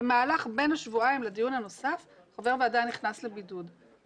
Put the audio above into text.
בין השבועיים לדיון הנוסף, חבר ועדה נכנס לבידוד.